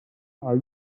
are